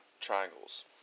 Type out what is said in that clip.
Triangles